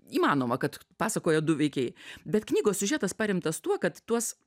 įmanoma kad pasakoja du veikėjai bet knygos siužetas paremtas tuo kad tuos